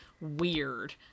weird